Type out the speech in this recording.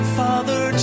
father